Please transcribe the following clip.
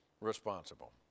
responsible